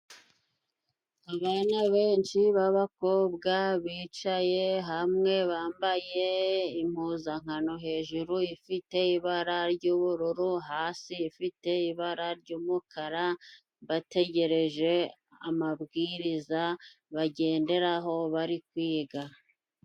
Abana benshi b'abakobwa bicaye hamwe bambaye impuzankano hejuru ifite ibara ry'ubururu hasi ifite ibara ry'umukara, bategereje amabwiriza bagenderaho bari kwiga.